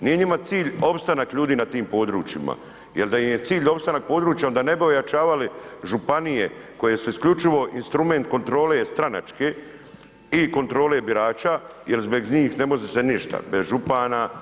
Nije njima cilj opstanak ljudi na tim područjima, jel da im je cilj opstanak područja onda ne bi ojačavali županije koje su isključivo instrument kontrole stranačke i kontrole birača jel bez njih ne može se ništa, bez župana.